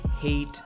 hate